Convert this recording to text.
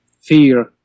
fear